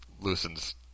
loosens